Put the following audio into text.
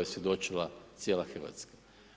je svjedočila cijela Hrvatska.